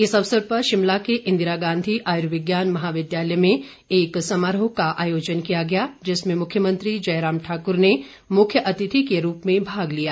इस अवसर पर शिमला के इंदिरा गांधी आयुर्विज्ञान महाविद्यालय में एक समारोह का आयोजन किया गया जिसमें मुख्यमंत्री जयराम ठाकुर ने मुख्य अतिथि के रूप में भाग लिया